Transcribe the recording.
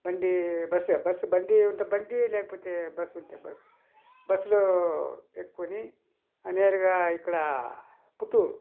బండి bus bus బండి ఉంటే బండి లేకపోతే బస్సు ఉంటే బస్సు బస్సులో ఎక్కొని నేరుగా ఇక్కడ పుత్తూరు